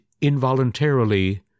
involuntarily